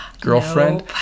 girlfriend